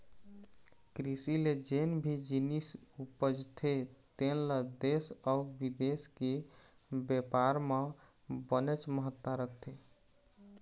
कृषि ले जेन भी जिनिस उपजथे तेन ल देश अउ बिदेश के बेपार म बनेच महत्ता रखथे